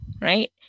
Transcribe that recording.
right